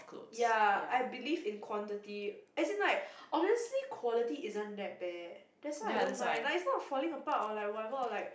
ya I believe in quantity as like in obviously quality isn't that bad that's why I don't mind like it's not falling or like or whatever like